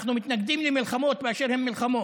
אנחנו מתנגדים למלחמות באשר הן מלחמות.